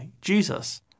Jesus